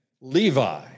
Levi